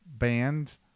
band